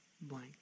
blank